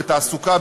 בתעסוקה,